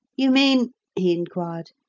you mean he inquired,